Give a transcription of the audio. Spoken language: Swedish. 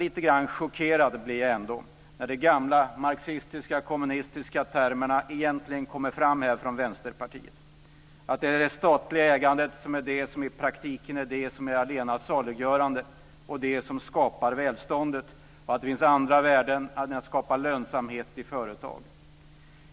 Lite chockerad blir jag när de gamla marxistiska, kommunistiska, termerna kommer fram från Vänsterpartiet; att det är det statliga ägandet som i praktiken är allena saliggörande, att det är det som skapar välståndet och att det finns andra värden än att skapa lönsamhet i företag.